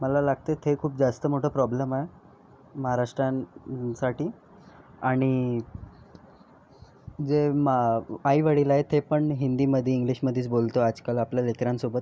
मला लागते हे खूप जास्त मोठा प्रॉब्लेम आहे महाराष्ट्रांसाठी आणि जे आईवडील आहेत ते पण हिंदीमध्ये इंग्लिशमध्येच बोलतो आजकाल आपल्या लेकरांसोबत